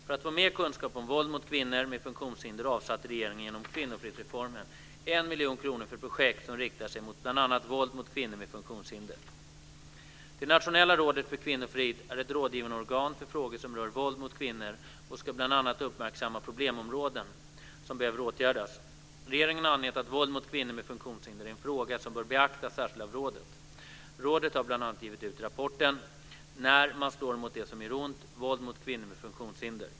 För att få mer kunskap om våld mot kvinnor med funktionshinder avsatte regeringen genom kvinnofridsreformen 1 miljon kronor för projekt som riktade sig mot bl.a. våld mot kvinnor med funktionshinder. Nationella rådet för kvinnofrid är ett rådgivande organ för frågor som rör våld mot kvinnor och ska bl.a. uppmärksamma problemområden som behöver åtgärdas. Regeringen har angett att våld mot kvinnor med funktionshinder är en fråga som bör beaktas särskilt av rådet. Rådet har bl.a. givit ut rapporten När man slår mot det som gör ont - våld mot kvinnor med funktionshinder.